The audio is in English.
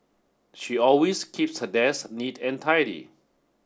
she always keeps her desk neat and tidy